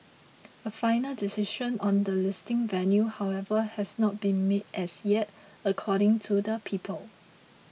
a final decision on the listing venue however has not been made as yet according to the people